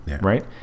right